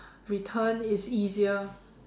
return is easier